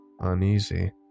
uneasy